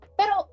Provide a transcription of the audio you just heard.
pero